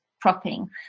cropping